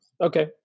okay